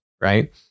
right